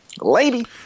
Lady